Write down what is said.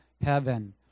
Heaven